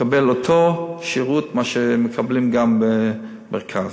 אותו שירות שמקבלים במרכז.